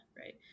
right